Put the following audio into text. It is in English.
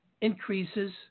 Increases